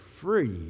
free